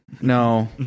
no